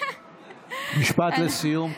משפט לסיום כבר.